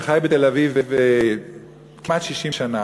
שחי בתל-אביב כמעט 60 שנה,